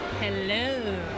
Hello